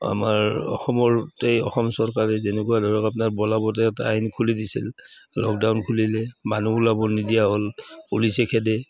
আমাৰ অসমতেই অসম চৰকাৰে যেনেকুৱা ধৰক আপোনাৰ এটা আইন খুলি দিছিল লকডাউন খুলিলে মানুহ ওলাব নিদিয়া হ'ল পুলিচে খেদে